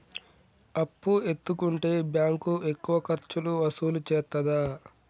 అప్పు ఎత్తుకుంటే బ్యాంకు ఎక్కువ ఖర్చులు వసూలు చేత్తదా?